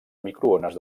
microones